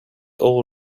all